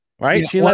Right